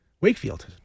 Wakefield